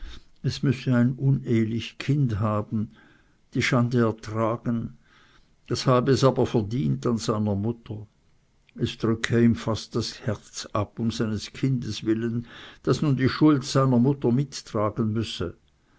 es müsse ein unehlich kind haben die schande ertragen das habe es aber verdient an seiner mutter es drückte ihm fast das herz ab um seines kindes willen das nun die schuld seiner mutter mittragen müsse